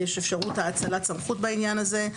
יש אפשרות האצלת סמכות בעניין הזה,